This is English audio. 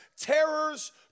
terrors